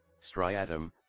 striatum